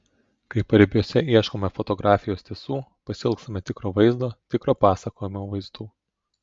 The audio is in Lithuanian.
kai paribiuose ieškome fotografijos tiesų pasiilgstama tikro vaizdo tikro pasakojimo vaizdu